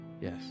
Yes